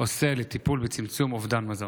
עושה לטיפול בצמצום אובדן מזון?